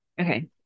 Okay